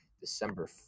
December